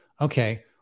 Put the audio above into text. okay